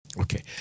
Okay